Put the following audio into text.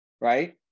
right